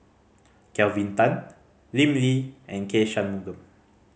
Kelvin Tan Lim Lee and K Shanmugam